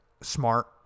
smart